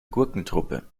gurkentruppe